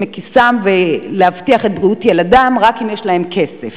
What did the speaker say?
מכיסם ויוכלו להבטיח את בריאות ילדם רק אם יש להם כסף.